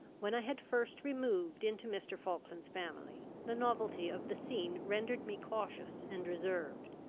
when i had first removed into mr. falkland's family, the novelty of the scene rendered me cautious and reserved.